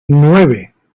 nueve